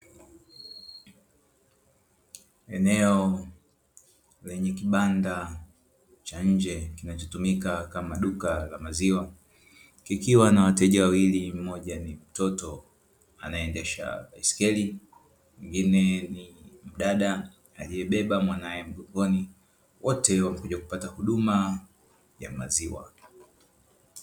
Eneo lenye kibanda cha nje kinachotumika kama duka la maziwa kikiwa na wateja wawili, mmoja ni mtoto anaendesha baiskeli mwingine ni mdada aliyebeba mwanae mgongoni, wote wamekupata huduma ya maziwa.